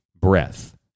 breath